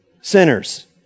sinners